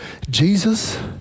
Jesus